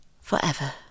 forever